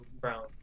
Brown